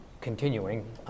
continuing